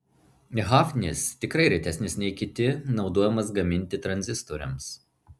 hafnis tikrai retesnis nei kiti naudojamas gaminti tranzistoriams